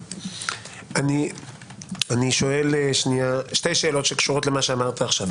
אני שואל שתי שאלות שקשורות למה שאמרת עכשיו.